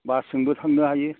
बासजोंबो थांनो हायो